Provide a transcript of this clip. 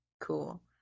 Cool